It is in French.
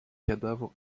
cadavres